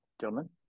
gentlemen